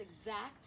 exact